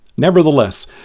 Nevertheless